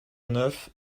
neuf